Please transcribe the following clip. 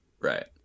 Right